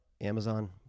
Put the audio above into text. Amazon